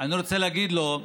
אני רוצה להגיד לו: